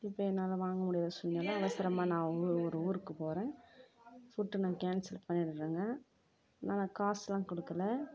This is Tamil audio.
இப்போ என்னால் வாங்க முடியாத சூழ்நில அவசரமாக நான் ஒரு ஊருக்கு போகிறேன் ஃபுட்டை நான் கேன்சல் பண்ணிடுறேங்க நான் நான் காசுலாம் கொடுக்கல